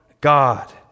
God